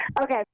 Okay